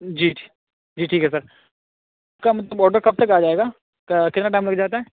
جی جی ٹھیک ہے سر کم آرڈر کب تک آجائے گا کتنا ٹائم لگ جاتا ہے